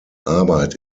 arbeit